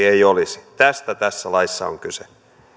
ei olisi tästä tässä laissa on kyse